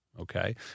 okay